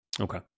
Okay